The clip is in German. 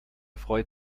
freut